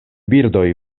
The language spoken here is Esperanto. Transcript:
birdoj